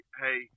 hey